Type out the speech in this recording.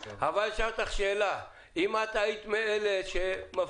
אשאל אותך שאלה: אם את היית מבין אלה שמפרישות